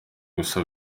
gusa